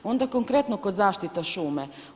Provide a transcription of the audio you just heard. Onda konkretno, kod zaštite šume.